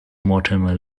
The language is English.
mortimer